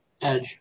edge